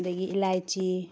ꯑꯗꯨꯗꯒꯤ ꯏꯂꯥꯏꯆꯤ